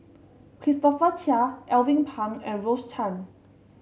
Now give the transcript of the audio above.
Christopher Chia Alvin Pang and Rose Chan